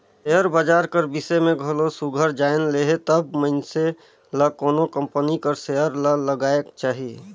share बजार कर बिसे में घलो सुग्घर जाएन लेहे तब मइनसे ल कोनो कंपनी कर सेयर ल लगाएक चाही